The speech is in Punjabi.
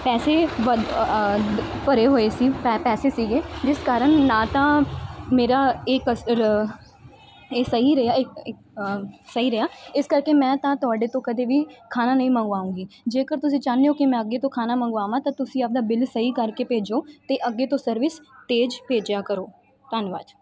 ਪੈਸੇ ਵੱਧ ਭਰੇ ਹੋਏ ਸੀ ਪੈਸੇ ਸੀਗੇ ਜਿਸ ਕਾਰਨ ਨਾ ਤਾਂ ਮੇਰਾ ਇਹ ਇਹ ਸਹੀ ਰਿਹਾ ਇਹ ਸਹੀ ਰਿਹਾ ਇਸ ਕਰਕੇ ਮੈਂ ਤਾਂ ਤੁਹਾਡੇ ਤੋਂ ਕਦੇ ਵੀ ਖਾਣਾ ਨਹੀਂ ਮੰਗਵਾਉਂਗੀ ਜੇਕਰ ਤੁਸੀਂ ਚਾਹੁੰਦੇ ਹੋ ਕਿ ਮੈਂ ਅੱਗੇ ਤੋਂ ਖਾਣਾ ਮੰਗਵਾਵਾਂ ਤਾਂ ਤੁਸੀਂ ਆਪਦਾ ਬਿੱਲ ਸਹੀ ਕਰਕੇ ਭੇਜੋ ਅਤੇ ਅੱਗੇ ਤੋਂ ਸਰਵਿਸ ਤੇਜ਼ ਭੇਜਿਆ ਕਰੋ ਧੰਨਵਾਦ